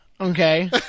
okay